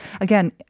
again